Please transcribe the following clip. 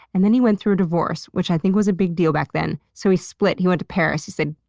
and then he went through a divorce, which i think was a big deal back then. so he split. he went to paris. he said,